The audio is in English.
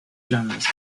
genres